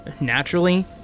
Naturally